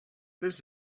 this